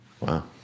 Wow